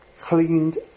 cleaned